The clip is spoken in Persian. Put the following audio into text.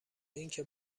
اینکه